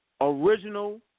original